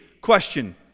question